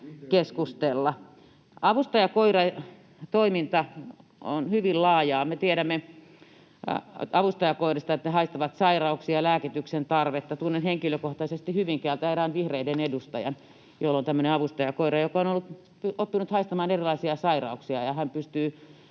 keskustella. Avustajakoiratoiminta on hyvin laajaa. Me tiedämme avustajakoirista, että ne haistavat sairauksia, lääkityksen tarvetta. Tunnen henkilökohtaisesti Hyvinkäältä erään vihreiden edustajan, jolla on tämmöinen avustajakoira, joka on oppinut haistamaan erilaisia sairauksia, ja hän pystyy